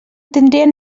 tindrien